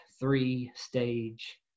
three-stage